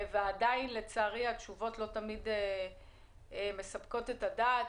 אבל התשובות עדיין לצערי לא תמיד מניחות את הדעת.